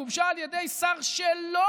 גובשה על ידי שר שלו,